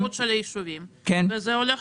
מחשבים את ה --- של היישובים, וזה הולך